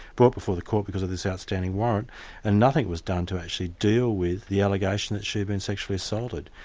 brought before the court because of this outstanding warrant and nothing was done to actually deal with the allegation that she'd been sexually assaulted.